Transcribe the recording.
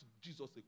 Jesus